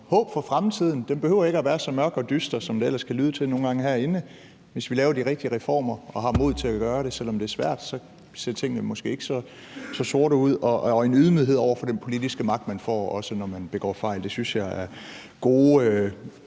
håb for fremtiden – den behøver ikke være så mørk og dyster, som det ellers nogle gange kan lyde til herinde. Hvis vi laver de rigtige reformer og har modet til at gøre det, selv om det er svært, så ser tingene måske ikke så sorte ud. Og der var også en ydmyghed over for den politiske magt, man får, også når man begår fejl. Det synes jeg er gode